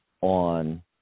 on